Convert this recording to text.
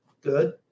good